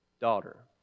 daughter